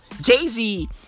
Jay-Z